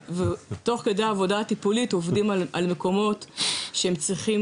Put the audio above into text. כדי עבודה טיפולית עובדים על מקומות שצריכים